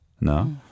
No